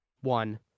One